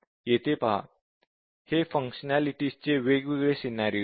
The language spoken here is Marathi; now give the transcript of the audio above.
येथे पहा हे फंक्शनेलिटीज चे वेगवेगळे सिनॅरिओ आहेत